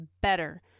better